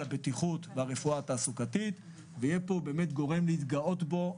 הבטיחות ברפואה התעסוקתית ויהיה פה גורם להתגאות בו.